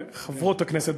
וחברות הכנסת,